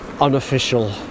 unofficial